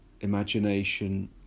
imagination